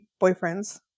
boyfriends